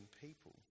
people